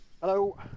Hello